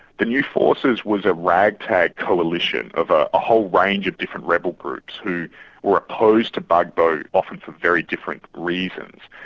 the new forces was a rag-tag coalition of ah a whole range of different rebel groups who were opposed to gbagbo often for very different reasons.